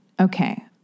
Okay